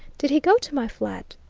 did he go to my flat?